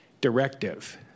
directive